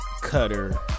cutter